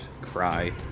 cry